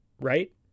right